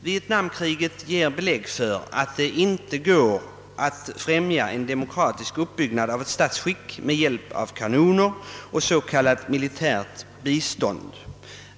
Vietnamkriget ger belägg för att det inte går att främja en demokratisk uppbyggnad av ett statsskick med hjälp av kanoner och s.k. militärt bistånd.